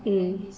mm